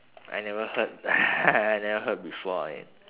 I never heard I never heard before eh